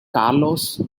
carlos